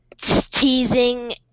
teasing